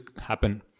happen